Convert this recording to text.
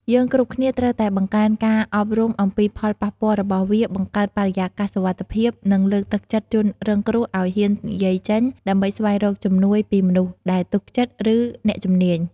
យើងគ្រប់គ្នាត្រូវតែបង្កើនការអប់រំអំពីផលប៉ះពាល់របស់វា បង្កើតបរិយាកាសសុវត្ថិភាព និងលើកទឹកចិត្តជនរងគ្រោះឲ្យហ៊ាននិយាយចេញ ដើម្បីស្វែងរកជំនួយពីមនុស្សដែលទុកចិត្ត ឬអ្នកជំនាញ។